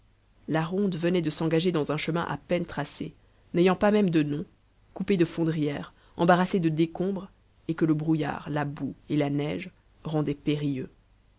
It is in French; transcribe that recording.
la ronde venait de s'engager dans un chemin à peine tracé n'ayant pas même de nom coupé de fondrières embarrassé de décombres et que le brouillard la boue et la neige rendaient périlleux